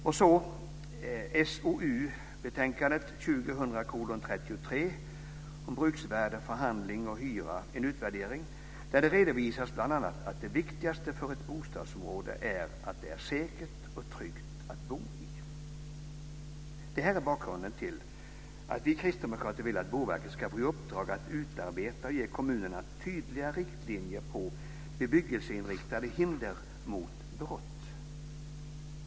Och i SOU 2000:33, Bruksvärde, förhandling och hyra - en utvärdering, redovisar man bl.a. att det viktigaste för ett bostadsområde är att det är säkert och tryggt att bo i. Det här är bakgrunden till att vi kristdemokrater vill att Boverket ska få i uppdrag att utarbeta och ge kommunerna tydliga riktlinjer för bebyggelseinriktade hinder mot brott.